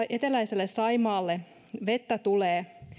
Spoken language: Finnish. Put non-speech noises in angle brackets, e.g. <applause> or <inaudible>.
<unintelligible> eteläiselle saimaalle vettä tulee